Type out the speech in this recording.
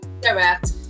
direct